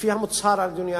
לפי המוצהר, אדוני.